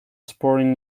sporting